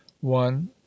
one